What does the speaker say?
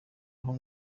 aho